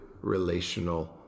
relational